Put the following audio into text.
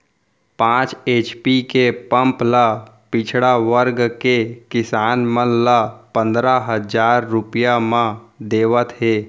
पांच एच.पी के पंप ल पिछड़ा वर्ग के किसान मन ल पंदरा हजार रूपिया म देवत हे